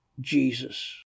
Jesus